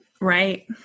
Right